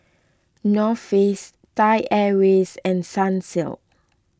North Face Thai Airways and Sunsilk